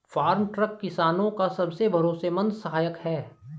farm truck किसानो का सबसे भरोसेमंद सहायक है